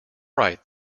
right